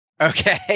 Okay